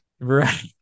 Right